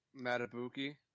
Matabuki